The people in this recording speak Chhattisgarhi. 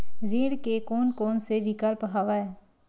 ऋण के कोन कोन से विकल्प हवय?